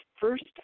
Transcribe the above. first